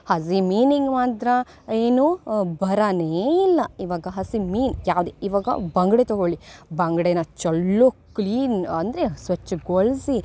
ಹಸಿ ಮೀನಿಗೆ ಮಾತ್ರ ಏನೂ ಬರನೇ ಇಲ್ಲ ಇವಾಗ ಹಸಿ ಮೀನು ಯಾವುದೇ ಇವಾಗ ಬಾಂಗುಡೆ ತಗೊಳ್ಳಿ ಬಾಂಗುಡೆಯನ್ನ ಚೊಳ್ಳುಗೆ ಕ್ಲೀನ್ ಅಂದರೆ ಸ್ವಚ್ಛಗೊಳಿಸಿ